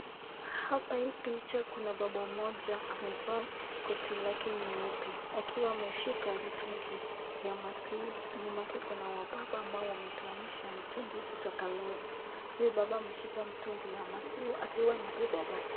Hapa hii picha Kuna baba moja amevaa koti lake nyeupe, akiwa ameshika mtungi ya maziwa, nyuma yake kuna wababa ambao wametoanisha mitungi kutoka lorry ,(cs), huyu baba ameshika mtungi ya maziwa akiwa amebeba bag,(cs).